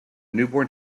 newborn